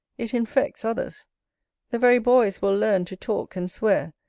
it infects others the very boys will learn to talk and swear,